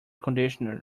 conditioner